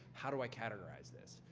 how do i categorize this?